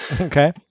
okay